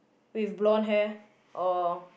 with blonde hair or